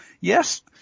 Yes